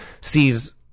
sees